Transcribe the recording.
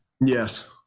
Yes